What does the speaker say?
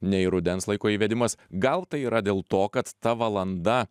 nei rudens laiko įvedimas gal tai yra dėl to kad ta valanda